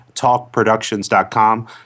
TalkProductions.com